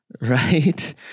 right